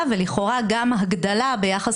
ולכן בעניין